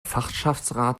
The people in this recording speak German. fachschaftsrat